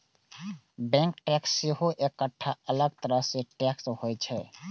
bank tax सेहो एकटा अलग तरह टैक्स होइ छै